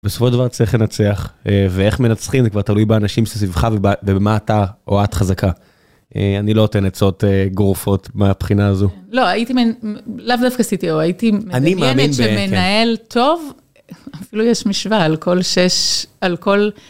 בסופו של דבר צריך לנצח. ואיך מנצחים זה כבר תלוי באנשים שסביבך ובמה אתה או את חזקה. אני לא אתן עצות גורפות מהבחינה הזו. לא הייתי, לאו דווקא עשיתי או הייתי מדמיינת שמנהל טוב, אפילו יש משוואה על כל שש, על כל...